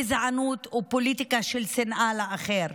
גזענות ופוליטיקה של שנאה לאחר,